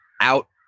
out